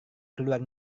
keluar